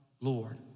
Lord